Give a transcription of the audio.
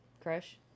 crush